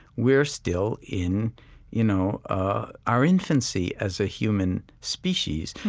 we're still in you know ah our infancy as a human species.